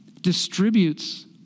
distributes